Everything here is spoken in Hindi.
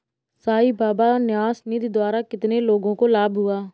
साई बाबा न्यास निधि द्वारा कितने लोगों को लाभ हुआ?